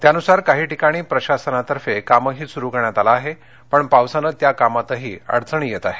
त्यानुसार काही ठिकाणी प्रशासनातर्फे कामही सुरु करण्यात आलं आहे पण पावसानं त्या कामातही अडचणी येत आहेत